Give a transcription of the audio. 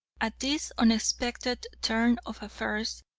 at this unexpected turn of affairs,